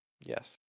Yes